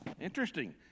interesting